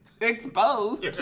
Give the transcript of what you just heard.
Exposed